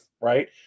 right